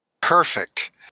Perfect